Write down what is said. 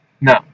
No